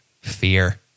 fear